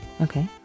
Okay